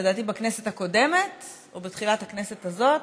לדעתי בכנסת הקודמת או בתחילת הכנסת הזאת,